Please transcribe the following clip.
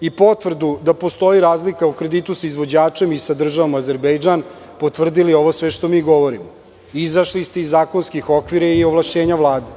i potvrdu da postoji razlika u kreditu za izvođačem i sa državom Azerbejdžan potvrdili sve ovo što mi govorimo. Izašli ste iz zakonskih okvira i ovlašćenja Vlade.